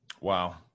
Wow